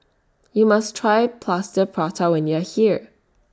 YOU must Try Plaster Prata when YOU Are here